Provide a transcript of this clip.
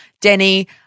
Denny